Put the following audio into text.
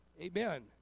Amen